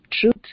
truth